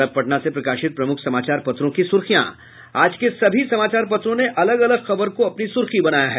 और अब पटना से प्रकाशित प्रमुख समाचार पत्रों की सुर्खियां आज के सभी समाचार पत्रों ने अलग अलग खबर को अपनी सुर्खी बनाया है